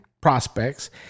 prospects